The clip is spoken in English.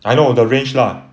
I know the range lah